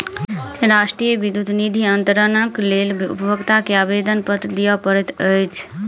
राष्ट्रीय विद्युत निधि अन्तरणक लेल उपभोगता के आवेदनपत्र दिअ पड़ैत अछि